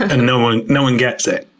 and no one no one gets it.